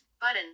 button